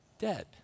Dead